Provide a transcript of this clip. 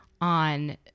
on